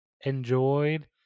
enjoyed